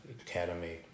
Academy